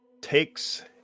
takes